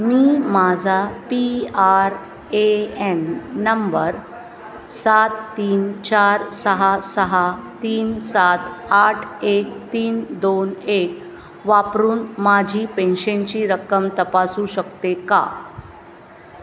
मी माझा P R A N number सात तीन चार सहा सहा तीन सात आठ एक तीन दोन एक वापरून माझी पेन्शनची रक्कम तपासू शकते का